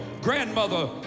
grandmother